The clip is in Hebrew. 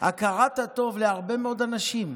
הכרת הטוב להרבה מאוד אנשים.